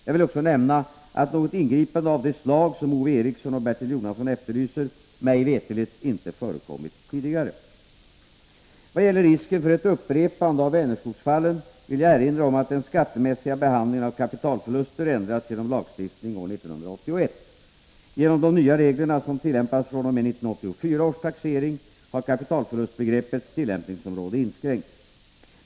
Jag vill också nämna att något Om vissa ingripande av det slag som Ove Eriksson och Bertil Jonasson efterlyser mig skattelindringar för veterligt inte förekommit tidigare. delägare i Vad gäller risken för ett upprepande av Vänerskogsfallen vill jag erinra om Vänerskog att den skattemässiga behandlingen av kapitalförluster ändrats genom lagstiftning år 1981 . Genom de nya reglerna, som tillämpas fr.o.m. 1984 års taxering, har kapitalförlustbegreppets tillämpningsområde inskränkts.